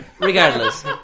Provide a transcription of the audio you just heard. Regardless